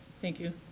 thank you.